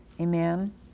Amen